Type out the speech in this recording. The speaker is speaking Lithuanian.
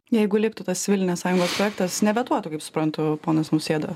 jeigu liktų tas civilinės sąjungos projektas nevetuotų kaip suprantu ponas nausėda